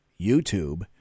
YouTube